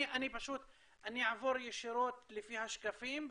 אני אעבור ישירות לפי השקפים,